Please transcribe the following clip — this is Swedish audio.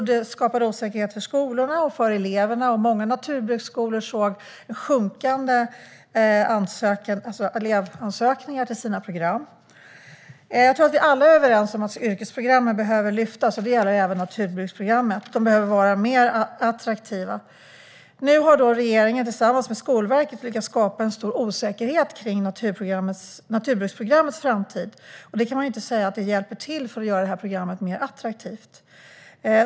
Det skapade osäkerhet för skolorna och för eleverna, och många naturbruksskolor såg ett sjunkande antal elevansökningar till sina program. Jag tror att vi alla är överens om att yrkesprogrammen behöver lyftas, och det gäller även naturbruksprogrammen. De behöver vara mer attraktiva. Nu har regeringen tillsammans med Skolverket lyckats skapa en stor osäkerhet kring naturbruksprogrammets framtid, och det kan man ju inte säga hjälper till att göra programmet mer attraktivt.